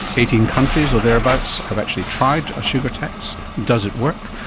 eighteen countries or thereabouts have actually tried a sugar tax, does it work?